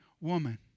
woman